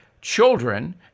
children